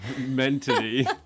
mentally